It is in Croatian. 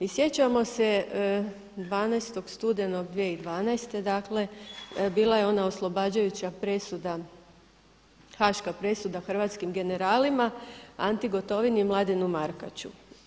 I sjećamo se 12. studenog 2012., dakle bila je ona oslobađajuća presuda, Haaška presuda hrvatskim generalima Anti Gotovini i Mladenu Markaču.